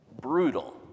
Brutal